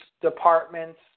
departments